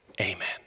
amen